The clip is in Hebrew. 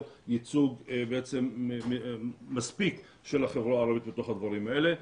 ייצוג מספיק של החברה הערבית בתוך הדברים האלה.